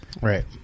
Right